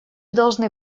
должны